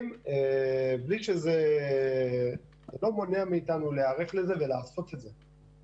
זה לא מונע מאיתנו להיערך לזה ולעשות את זה.